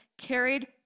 carried